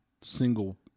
single